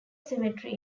cemetery